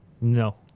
No